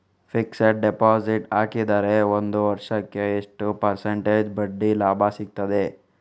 Fixed deposit ಹಾಕಿದರೆ ಒಂದು ವರ್ಷಕ್ಕೆ ಎಷ್ಟು ಪರ್ಸೆಂಟೇಜ್ ಬಡ್ಡಿ ಲಾಭ ಸಿಕ್ತದೆ?